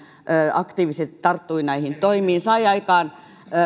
aktiivisesti tarttui näihin toimiin sai aikaan